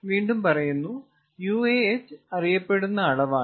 വീണ്ടും പറയുന്നു UAh അറിയപ്പെടുന്ന അളവാണ്